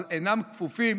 אבל הם אינם כפופים